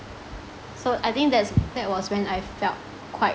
so I think that's that was when I felt quite